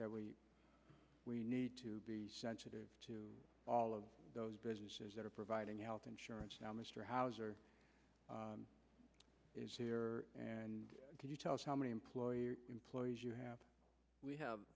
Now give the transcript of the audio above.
we need to be sensitive to all of those businesses that are providing health insurance now mr hauser is here and can you tell us how many employer employees you have we have